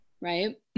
right